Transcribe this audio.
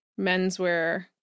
menswear